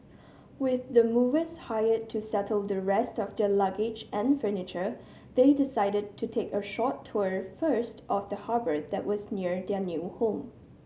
with the movers hired to settle the rest of their luggage and furniture they decided to take a short tour first of the harbour that was near their new home